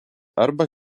arba